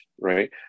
right